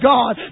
God